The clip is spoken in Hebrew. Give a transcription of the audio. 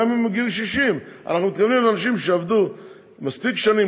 גם אם הוא בגיל 60. אנחנו מתכוונים לאנשים שעבדו מספיק שנים